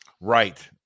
right